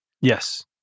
Yes